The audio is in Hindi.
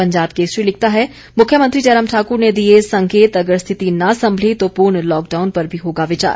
पंजाब केसरी लिखता है मुख्यमंत्री जयराम ठाकर ने दिए संकेत अगर स्थिति न संभली तो पूर्ण लॉकडाउन पर भी होगा विचार